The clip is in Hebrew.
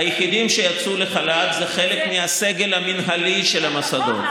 היחידים שיצאו לחל"ת הם חלק מהסגל המינהלי של המוסדות.